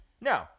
No